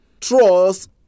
Trust